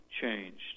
changed